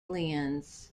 aliens